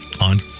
on